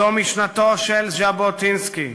זו משנתו של ז'בוטינסקי,